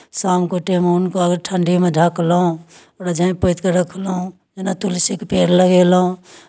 शामके टाइम हुनकाआओरकेँ ठण्ढीमे ढकलहुँ झाँपि पति कऽ रखलहुँ जेना तुलसीके पेड़ लगेलहुँ